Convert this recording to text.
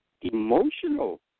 emotional